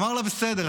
אמרה לו: בסדר,